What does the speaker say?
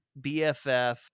bff